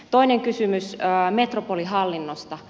toinen kysymys metropolihallinnosta